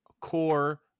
core